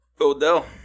Odell